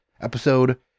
episode